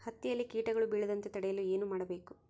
ಹತ್ತಿಯಲ್ಲಿ ಕೇಟಗಳು ಬೇಳದಂತೆ ತಡೆಯಲು ಏನು ಮಾಡಬೇಕು?